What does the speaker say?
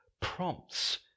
prompts